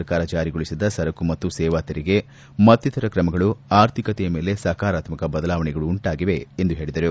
ಸರ್ಕಾರ ಜಾರಿಗೊಳಿಸಿದ ಸರಕು ಮತ್ತು ಸೇವಾ ತೆರಿಗೆ ಮತ್ತಿತರ ಕ್ರಮಗಳು ಆರ್ಥಿಕತೆಯ ಮೇಲೆ ಸಕಾರಾತ್ಮಕ ಬದಲಾವಣೆಗಳು ಉಂಟಾಗಿವೆ ಎಂದು ಹೇಳಿದರು